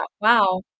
wow